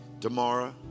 Tomorrow